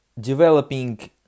developing